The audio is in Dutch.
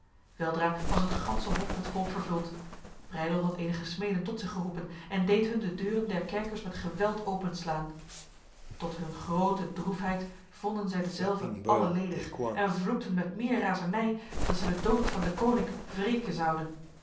was het ganse hof met volk vervuld breydel had enige smeden tot zich geroepen en deed hun de deuren der kerkers met geweld openslaan tot hun grote droefheid vonden zij dezelve alle ledig en vloekten met meer razernij dat zij de dood van deconinck wreken zouden